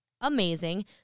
amazing